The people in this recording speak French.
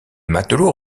matelot